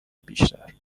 بیشتر